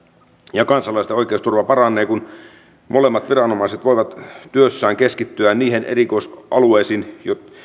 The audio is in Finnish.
ja kansalaisten oikeusturva paranee kun molemmat viranomaiset voivat työssään keskittyä niihin erikoisalueisiin